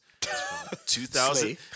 2000